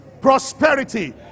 prosperity